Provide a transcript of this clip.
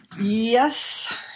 Yes